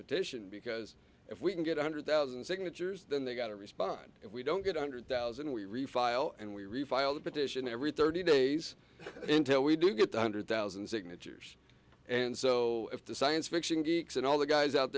petition because if we can get a hundred thousand signatures then they got a response if we don't get a hundred thousand we refile and we refile the petition every thirty days until we do get the hundred thousand signatures and so if the science fiction geeks and all the guys out